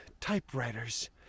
typewriters